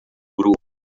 grupo